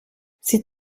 sie